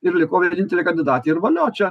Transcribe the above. ir liko vienintelė kandidatė ir valio čia